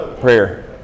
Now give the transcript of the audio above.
Prayer